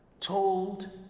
told